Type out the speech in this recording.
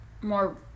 more